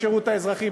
בשירות האזרחי,